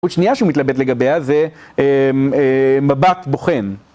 עוד שנייה שהוא מתלבט לגביה זה מבט בוחן.